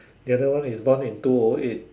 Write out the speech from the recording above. the other one is born on in two o eight